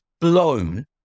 blown